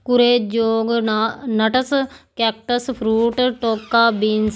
Kurrajong ਨਾ nuts cactus fruit tonka beans